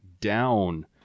down